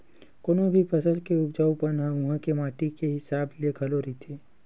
कोनो भी फसल के उपजाउ पन ह उहाँ के माटी के हिसाब ले घलो रहिथे